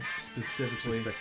specifically